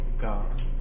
God